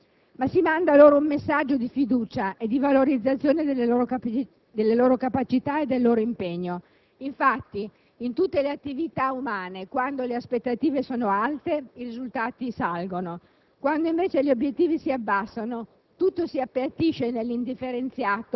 all'interno di una visione nozionistica dei saperi e punitiva dei giovani, ma si manda loro un messaggio di fiducia e di valorizzazione delle loro capacità e del loro impegno. Infatti, in tutte le attività umane quando le aspettative sono alte, i risultati salgono;